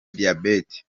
diyabete